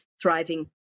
thriving